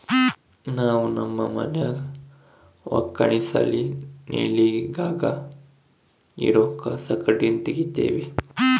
ನಾವು ನಮ್ಮ ಮನ್ಯಾಗ ಒಕ್ಕಣೆಲಾಸಿ ನೆಲ್ಲಿನಾಗ ಇರೋ ಕಸಕಡ್ಡಿನ ತಗೀತಿವಿ